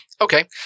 Okay